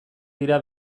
dira